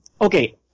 Okay